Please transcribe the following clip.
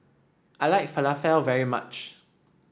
I like falafel very much